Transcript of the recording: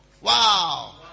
wow